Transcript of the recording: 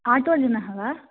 आटोजनः वा